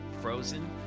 frozen